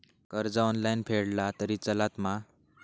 कर्ज ऑनलाइन फेडला तरी चलता मा?